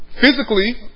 physically